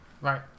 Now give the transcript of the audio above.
Right